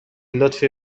لطفی